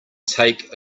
take